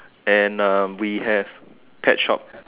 and we have pet shop